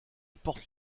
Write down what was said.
porte